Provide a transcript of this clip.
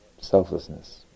selflessness